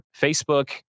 Facebook